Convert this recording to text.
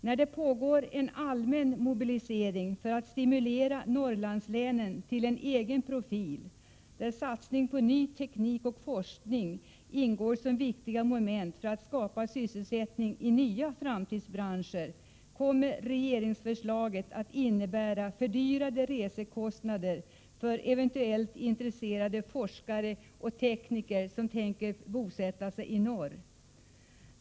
När det pågår en allmän mobilisering för att stimulera Norrlandslänen till en egen profil, där satsning på ny teknik och forskning ingår som viktiga moment när det gäller att skapa sysselsättning i nya framtidsbranscher, kommer regeringsförslaget att innebära fördyrade resekostnader för eventuellt intresserade forskare och tekniker som tänker bosätta sig i norr.